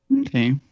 Okay